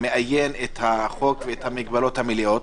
מאיין את החוק ואת המגבלות המלאות.